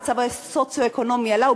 המצב הסוציו-אקונומי עלה,